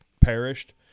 perished